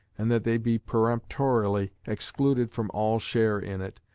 and that they be peremptorily excluded from all share in it,